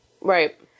Right